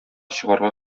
чыгарга